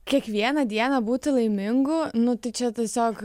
kiekvieną dieną būti laimingu nu tai čia tiesiog